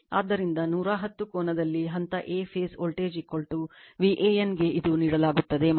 ಆದ್ದರಿಂದ 110 ಕೋನದಲ್ಲಿ ಹಂತ a ಫೇಸ್ ವೋಲ್ಟೇಜ್ VAN ಗೆ ಇದನ್ನು ನೀಡಲಾಗುತ್ತದೆ